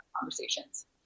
conversations